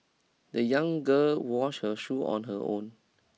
the young girl wash her shoe on her own